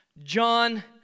John